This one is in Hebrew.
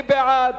מי בעד,